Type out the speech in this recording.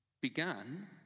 Began